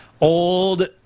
old